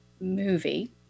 movie